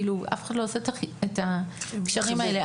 אף אחד לא עושה את ההקשרים האלה.